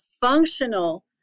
functional